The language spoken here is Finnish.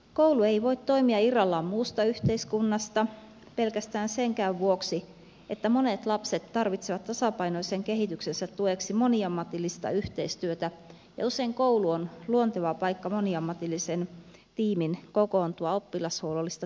koulu ei voi toimia irrallaan muusta yhteiskunnasta pelkästään senkään vuoksi että monet lapset tarvitsevat tasapainoisen kehityksensä tueksi moniammatillista yhteistyötä ja usein koulu on luonteva paikka moniammatillisen tiimin kokoontua oppilashuollollista työtä tekemään